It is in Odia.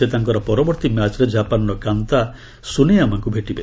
ସେ ତାଙ୍କର ପରବର୍ତ୍ତୀ ମ୍ୟାଚ୍ରେ ଜାପାନ୍ର କାନ୍ତା ସ୍ରନେୟାମାଙ୍କ ଭେଟିବେ